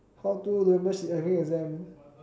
how to remember she having exam